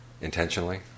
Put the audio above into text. intentionally